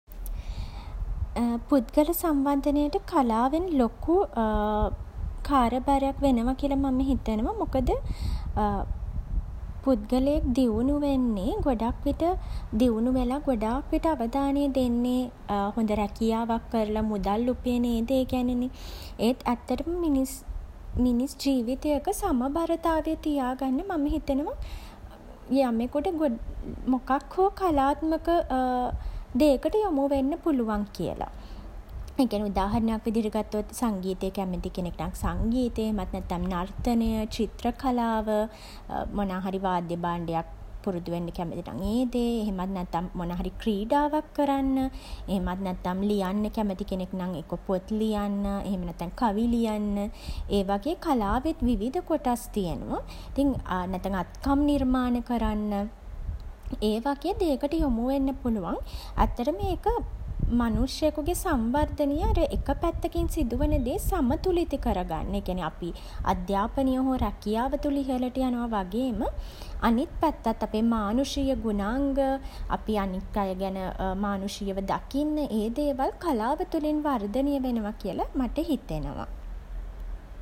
පුද්ගල සංවර්ධනයට කලාවෙන් ලොකු කාර්යභාරයක් වෙනව කියල මම හිතනවා. මොකද පුද්ගලයෙක් දියුණු වෙන්නේ ගොඩක් විට දියුණු වෙලා ගොඩාක් විට අවධානය දෙන්නේ හොඳ රැකියාවක් කරලා මුදල් උපයන ඒ දේ ගැනනේ. ඒත් ඇත්තටම මිනිස් මිනිස් ජීවිතයක සමබරතාවය තියා ගන්න මම හිතනවා යමෙකුට මොකක් හෝ කලාත්මක දේකට යොමු වෙන්න පුළුවන් කියල. ඒ කියන්නේ උදාහරණයක් විදියට ගත්තොත් සංගීතය කැමති කෙනෙක්ට සංගීතය එහෙමත් නැත්තම් නර්තනය චිත්‍ර කලාව මොනා හරි වාද්‍ය භාණ්ඩයක් පුරුදු වෙන්න කැමති නම් ඒ දේ එහෙම නැත්තම් මොනා හරි ක්‍රීඩාවක් කරන්න එහෙමත් නැත්තම් මොනා හරි ලියන්න කැමති කෙනෙක් නම් එක්කෝ පොත් ලියන්න නැත්තම් කවි ලියන්න ඒ වගේ කලාවෙත් විවිධ කොටස් තියෙනවා. නැත්තම් අත්කම් නිර්මාණ කරන්න. ඒ වගේ දේකට යොමු වෙන්න පුළුවන්. ඇත්තටම ඒක මනුෂ්‍යයෙකුගේ සංවර්ධනය අර එක පැත්තකින් සිදු වන දේ සමතුලිත කරගන්න ඒ කියන්නේ අපි අධ්‍යාපනය හෝ රැකියාව තුළ ඉහළට යනව වගේම අනිත් පැත්තත් අපේ මානුෂීය ගුණාංග අපි අනිත් අය ගැන මානුෂීයව දකින්න ඒ දේවල් කලාව තුළින් වර්ධනය වෙනවා කියල මට හිතෙනවා.